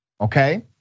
okay